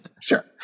Sure